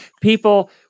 People